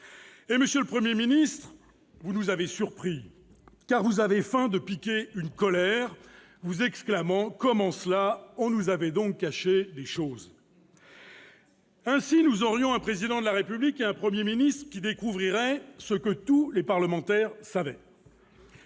Monsieur le Premier ministre, vous nous avez surpris en feignant de piquer une colère et en vous exclamant :« Comment cela ? On nous avait donc caché des choses ?» Ainsi, nous aurions un Président de la République et un Premier ministre qui découvriraient ce que tous les parlementaires savaient